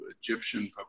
Egyptian